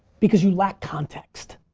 because you lack context.